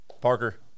Parker